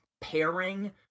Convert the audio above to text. pairing